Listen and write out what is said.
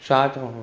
छा चवणो आहे